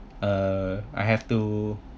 uh I have to